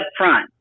upfront